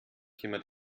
jemand